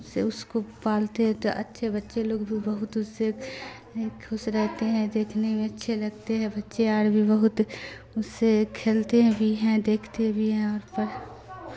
اس سے اس کو پالتے ہیں تو اچھے بچے لوگ بھی بہت اس سے خوش رہتے ہیں دیکھنے میں اچھے لگتے ہیں بچے اور بھی بہت اس سے کھیلتے بھی ہیں دیکھتے بھی ہیں اور پر